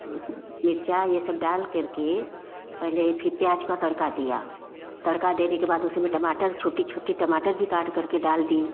मिर्चा ये सब डालकर के पहले फिर प्याज का तड़का दिया तड़का देने के बाद उसी में टमाटर छोटी छोटी टमाटर भी काटकर के डाल दी